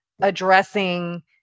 addressing